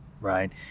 right